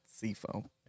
seafoam